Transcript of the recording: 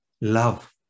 Love